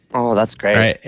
oh, that's great.